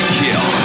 kill